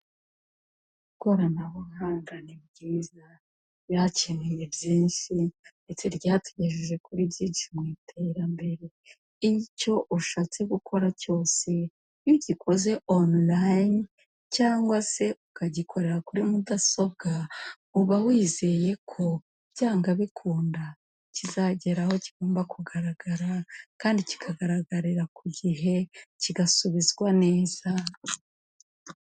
Ikoranabuhanga ni ryiza ryakemuye byinshi ndetse ryatugejeje kuri byinshi mu iterambere, icyo ushatse gukora cyose iyo ugikoze oniliyini cyangwa se ukagikorera kuri mudasobwa uba wizeye ko byanga bikunda kizageraho kigomba kugaragara kandi kikagaragarira ku gihe kigasubizwa neza.